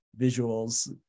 visuals